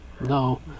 No